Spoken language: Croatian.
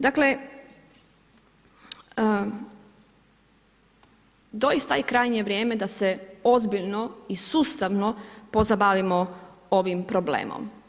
Dakle, doista je krajnje vrijeme da se ozbiljno i sustavno pozabavimo ovim problemom.